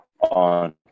on